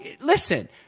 Listen